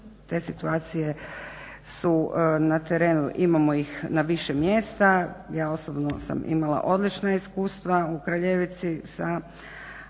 Te situacije su na terenu, imamo ih na više mjesta. Ja osobno sam imala odlična iskustva u Kraljevici sa